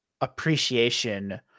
appreciation